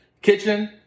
Kitchen